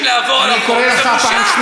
אני איאלץ להוציא אותך מהאולם.